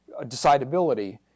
decidability